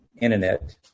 internet